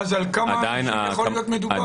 אנשים יכול להיות מדובר?